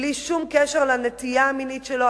בלי שום קשר לנטייה המינית שלו,